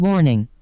Warning